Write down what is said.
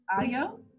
Ayo